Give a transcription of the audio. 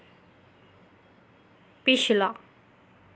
पिछला